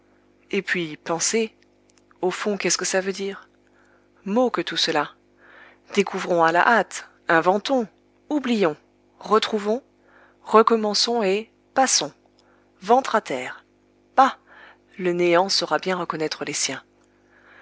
et puis penser au fond qu'est-ce que ça veut dire mots que tout cela découvrons à la hâte inventons oublions retrouvons recommençons et passons ventre à terre bah le néant saura bien reconnaître les siens